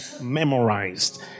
memorized